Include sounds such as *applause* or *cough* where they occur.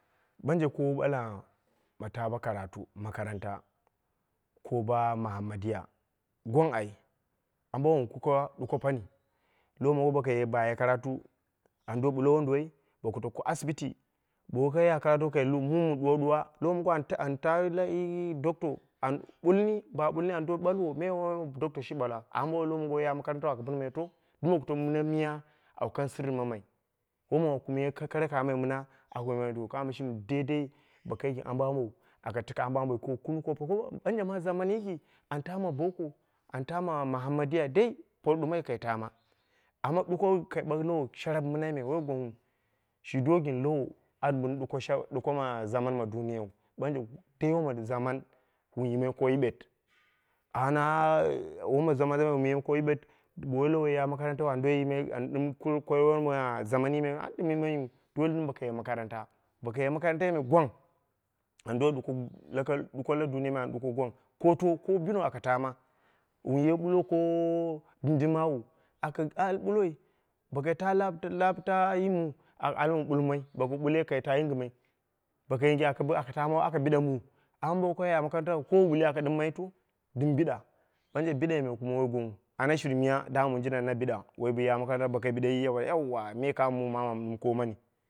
Ɓanje ko ɓala ma ta bo karatu makanrta ko bo mahammadiya gwang ai, ambo wu kuka ɗuko pani, lowo mongo boko ye ba ye karatu, an do ɓulwo wonduwoi bo ka doka asibiti, bo woi kai ya karatuu kai mum ɗuwa ɗuwa, an ta an tayi doctor an ɓulli, ba ɓulli an do ɓawo me wom doctor shi ɓala amma bo woi lowomongo ya makaranta u aka ɓinmaito, ɗim bo tamu mɨna miya awu kang sirri mamai, womu aku yimai kara kamai mɨna, apomai to shini daidai ba kai gɨm ambo ambo aka tike amboi ko kunung ka ɓonje ma jaman yiki, ar ta ma boko, an ta ma mahammadiya dai, por ɗumoi kai taama. Amma ɗuko kai bagh lowo sharab me, woi gwangghi shi do gɨn lowo, an bɨn shau ɗuko ma zaman ma duniyau ɓanje dai woma zaman wun yimai ko yiwet ana *hesitation* woma zaman zaman wun yimai ko yiwe bo woi lowo ya makarantau an do yim an ɗɨm kɨr ko yooni ma zamani me, an ɗɨm yimaiyu dole dɨm bokoye makaranta, boko ye makarantai me gwang, an do ɗuko lakatɗuko la duniyai me an gwang, ko to, ko binio aka taama. Wun ye ɓullo ko bing bing maamu aka al ɓulloi, bo kai ta tab yi mu aka ali wun ɓulmai, boku ɓule ka ta yingɨmai, boko yinge aka taami aka bide muu amma bo wo kai yol makarantau ko wu ɓulli aka ɗɨmmai to? Dɨm biɗa, ɓanje bidai me kuma woi gwangghu anashir miya damma wun jinda anabiɗa, woi ya makarantau boko biɗeyi an ɓalmai yauwa me kamo mu mamu am ɗɨm koomani